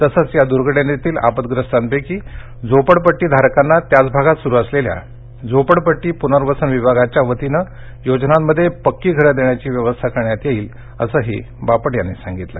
तसंच या दूर्घटनेतील आपदग्रस्तांपैकी झोपडपट्टी धारकांना त्याच भागात सुरु झालेल्या झोपडपट्टी पुनर्वसन विभागाच्या वतीनं सुरु असलेल्या योजनांमध्ये पक्की घरं देण्याची व्यवस्था करण्यात येईल असंही बापट यांनी सांगितलं